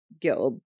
guild